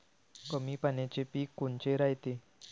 कमी पाण्याचे पीक कोनचे रायते?